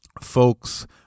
folks